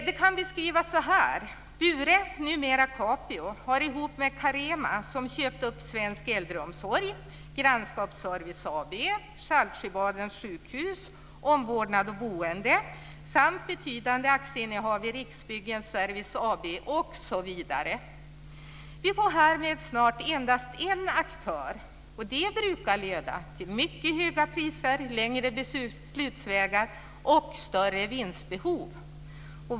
Det kan beskrivas så här: Bure, numera Capio, har ihop med Carema, som köpt upp Svensk Äldreomsorg, Grannskapsservice AB, Saltsjöbadens sjukhus och Omvårdnad & boende, betydande aktieinnehav i Riksbyggen Serviceboende AB osv. Vi får härmed snart endast en aktör, och det brukar leda till mycket höga priser, längre beslutsvägar och större vinstbehov.